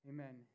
Amen